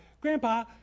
Grandpa